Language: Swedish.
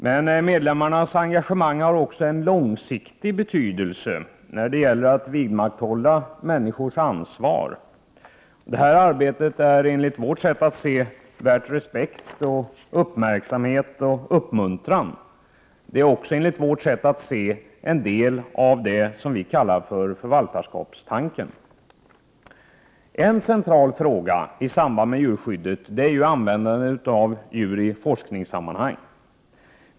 Men medlemmarnas engagemang har också en långsiktig betydelse när det gäller att vidmakthålla människors ansvar. Enligt vårt sätt att se är detta arbete värt respekt, uppmärksamhet och uppmuntran. Det utgör också en del av det som vi kallar för förvaltarskapstanken. En central fråga i samband med djurskyddet är ju användandet av djur i forskningssammanhang.